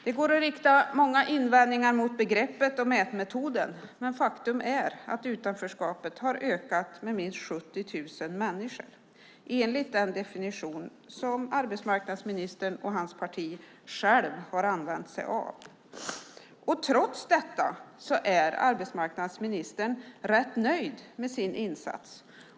Det går att rikta många invändningar mot begreppet och mätmetoden, men faktum är att utanförskapet har ökat med minst 70 000 människor enligt den definition som arbetsmarknadsministern och hans parti själv har använt sig av. Trots detta är arbetsmarknadsministern rätt nöjd med sin insats.